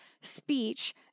speech